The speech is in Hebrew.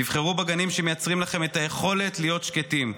תבחרו בגנים שמייצרים לכם את היכולת להיות שקטים,